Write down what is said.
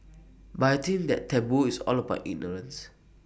but I think that taboo is all about ignorance